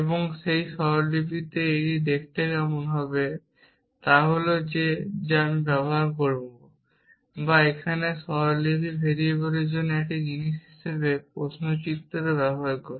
এবং যে স্বরলিপিতে এটি দেখতে কেমন হবে তা হল একটি যা আমি ব্যবহার করব বা এখানে এবং স্বরলিপি ভেরিয়েবলের জন্য একটি জিনিস হিসাবে প্রশ্ন চিহ্ন ব্যবহার করে